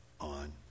on